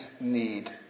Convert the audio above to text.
need